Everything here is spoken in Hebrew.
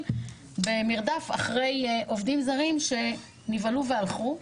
במרדף אחרי עובדים זרים שנבהלו והלכו.